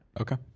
Okay